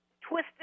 twisted